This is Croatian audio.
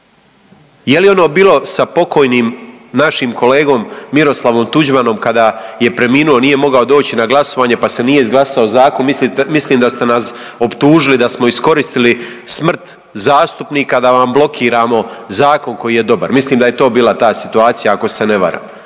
Je li ono bilo sa pokojnim našim kolegom Miroslavom Tuđmanom kada je preminuo, nije mogao doći na glasovanje pa se nije izglasao zakon mislim da ste nas optužili da smo iskoristili smrt zastupnika da vam blokiramo zakon koji je dobar. Mislim da je to bila ta situacija, ako se ne varam.